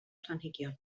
planhigion